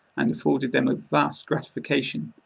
and afforded them a vast gratification.